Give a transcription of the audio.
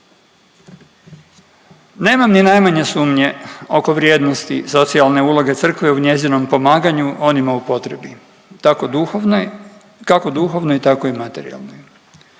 Nemam ni najmanje sumnje oko vrijednosti socijalne uloge Crkve u njezinom pomaganju onima u potrebi, tako duhovne, kako duhovne, tako